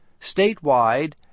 statewide